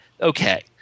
okay